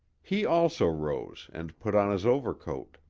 he also rose and put on his overcoat.